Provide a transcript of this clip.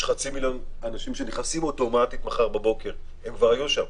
יש חצי מיליון אנשים שנכנסים אוטומטית מחר בבוקר הם כבר היו שם,